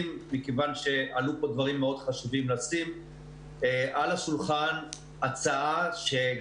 מכיוון שעלו פה דברים מאוד חשובים אנחנו רוצים לשים על השולחן הצעה גם